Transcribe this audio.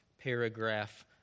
paragraph